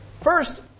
First